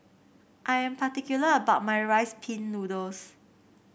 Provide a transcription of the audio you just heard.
I am particular about my Rice Pin Noodles